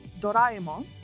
Doraemon